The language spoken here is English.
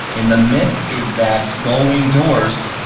and the myth is that gullwing doors,